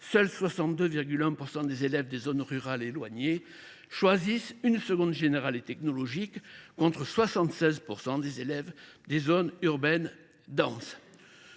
Seuls 62,1 % des élèves des zones rurales éloignées choisissent une seconde générale et technologique, contre 76,4 % des élèves des zones urbaines denses.